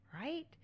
Right